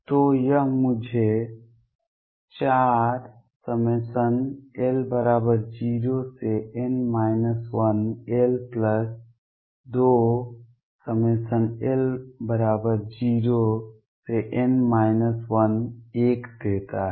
तो यह मुझे 4l0n 1l2l0n 11 देता है